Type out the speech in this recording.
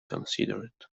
considered